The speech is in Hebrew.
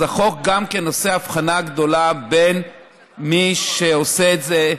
אז החוק גם כן עושה הבחנה גדולה בין מי שעושה את זה,